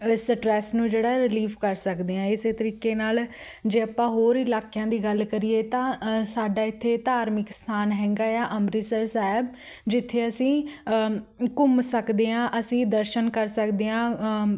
stress ਨੂੰ ਜਿਹੜਾ relief ਕਰ ਸਕਦੇ ਹਾਂ ਇਸੇ ਤਰੀਕੇ ਨਾਲ ਜੇ ਆਪਾਂ ਹੋਰ ਇਲਾਕਿਆਂ ਦੀ ਗੱਲ ਕਰੀਏ ਤਾਂ ਸਾਡਾ ਇੱਥੇ ਧਾਰਮਿਕ ਸਥਾਨ ਹੈਗਾ ਆ ਅੰਮ੍ਰਿਤਸਰ ਸਾਹਿਬ ਜਿੱਥੇ ਅਸੀਂ ਘੁੰਮ ਸਕਦੇ ਹਾਂ ਅਸੀਂ ਦਰਸ਼ਨ ਕਰ ਸਕਦੇ ਹਾਂ